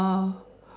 oh